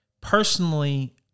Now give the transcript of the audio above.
personally